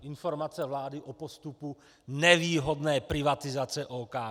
Informace vlády o postupu nevýhodné privatizace OKD.